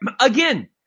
again